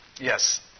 Yes